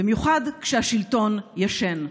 במיוחד כשהשלטון ישן.